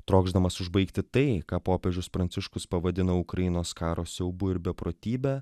trokšdamas užbaigti tai ką popiežius pranciškus pavadino ukrainos karo siaubu ir beprotybe